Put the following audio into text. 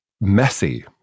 messy